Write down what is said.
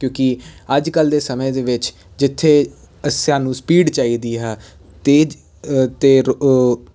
ਕਿਉਂਕਿ ਅੱਜ ਕੱਲ੍ਹ ਦੇ ਸਮੇਂ ਦੇ ਵਿੱਚ ਜਿੱਥੇ ਸਾਨੂੰ ਸਪੀਡ ਚਾਹੀਦੀ ਆ ਤੇਜ਼ ਅਤੇ ਉਹ